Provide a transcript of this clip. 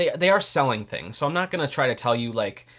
they are selling things so i'm not gonna try to tell you, like,